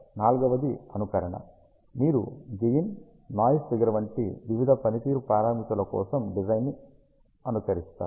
నాల్గవది అనుకరణ మీరు గెయిన్ నాయిస్ ఫిగర్ వంటి వివిధ పనితీరు పారామితుల కోసం డిజైన్ ని అనుకరిస్తారు